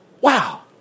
Wow